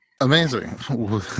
Amazing